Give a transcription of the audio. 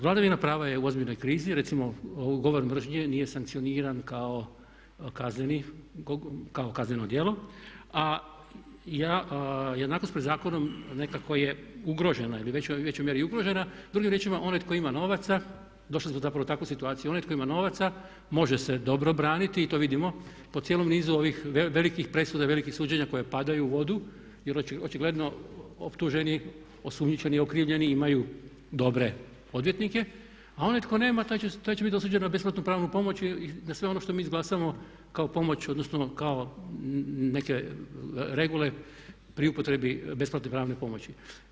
Vladavina prava je u ozbiljnoj krizi, recimo govor mržnje nije sankcioniran kao kazneno djelo a jednakost pred zakonom nekako je ugrožena ili u većoj mjeri ugrožena, drugim riječima onaj tko ima novaca došli smo zapravo u takvu situaciju da onaj tko ima novaca može se dobro braniti i to vidimo po cijelom nizu ovih velikih presuda i velikih suđenja koje pada u vodu jer očigledno optuženik, osumnjičeni i okrivljeni imaju dobre odvjetnike a onaj tko nema taj će biti osuđen na besplatnu pravnu pomoć i na sve ono što mi izglasamo kako pomoć odnosno kao neke regule pri upotrebi besplatne pravne pomoći.